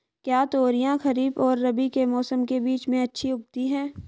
क्या तोरियां खरीफ और रबी के मौसम के बीच में अच्छी उगती हैं?